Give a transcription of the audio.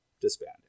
disbanded